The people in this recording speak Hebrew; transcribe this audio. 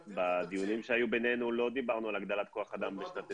בדיונים שהיו בינינו לא דיברנו על הגדלת כוח אדם לשנת 20',